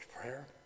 Prayer